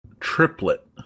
Triplet